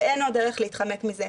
ואין עוד דרך להתחמק מזה.